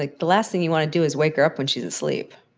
like, the last thing you want to do is wake her up when she's asleep.